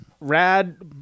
rad